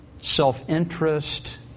self-interest